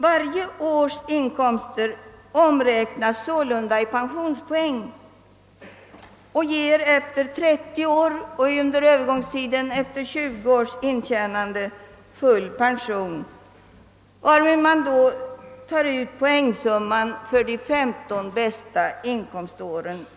Varje års inkomster omräknas sålunda i pensionspoäng och ger efter 30 års — under övergångstiden 20 års — intjänande full pension, varvid pensionen beräknas efter medelpoängen för de 15 bästa inkomståren.